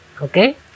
Okay